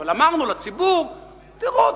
אבל אמרנו לציבור: תראו,